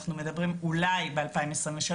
אנחנו מדברים אולי על 2023,